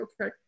okay